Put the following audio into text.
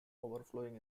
overflowing